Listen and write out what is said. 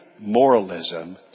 moralism